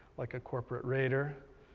like a corporate raider,